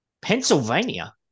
pennsylvania